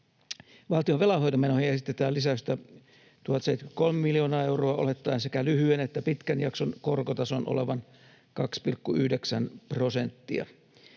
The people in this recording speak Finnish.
Valtion velanhoitomenoihin esitetään lisäystä 1 073 miljoonaa euroa olettaen sekä lyhyen että pitkän jakson korkotason olevan 2,9 prosenttia.